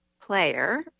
player